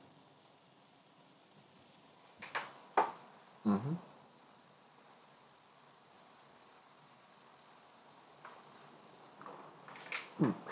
mmhmm mm